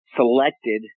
selected